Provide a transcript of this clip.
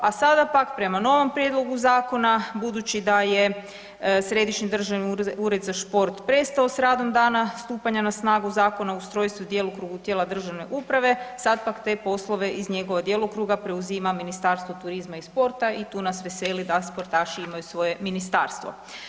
A sada pak prema novom prijedlogu zakona, budući da je Središnji državni ured za sport prestao s radom danas stupanja na snagu Zakona o ustrojstvu u djelokrugu tijela državne uprave sad pak te poslove iz njegovog djelokruga preuzima Ministarstvo turizma i sporta i tu nas veseli da sportaši imaju svoje ministarstvo.